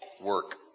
work